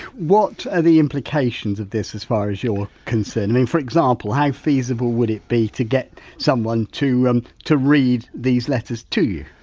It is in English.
whitewhat are the implications of this, as far as you're concerned? i mean, for example, how feasible would it be to get someone to um to read these letters to you?